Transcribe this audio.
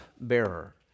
bearer